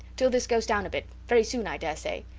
till this goes down a bit very soon, i dare say.